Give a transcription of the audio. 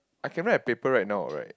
I can write a paper right now right